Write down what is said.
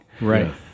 Right